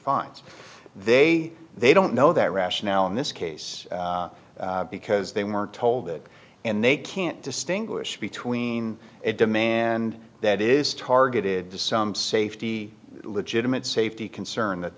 fines they they don't know that rationale in this case because they weren't told that and they can't distinguish between a demand that is targeted to some safety legitimate safety concern that